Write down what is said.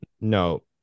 no